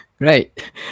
Right